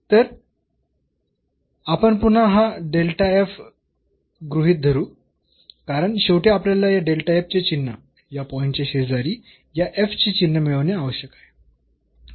तर आपण पुन्हा हा गृहीत धरू कारण शेवटी आपल्याला या चे चिन्ह या पॉईंटच्या शेजारी या चे चिन्ह मिळवणे आवश्यक आहे